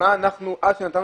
כמה אז דיברנו